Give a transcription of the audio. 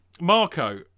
Marco